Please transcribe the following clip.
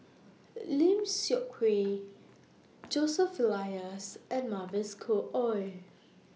Lim Seok Hui Joseph Elias and Mavis Khoo Oei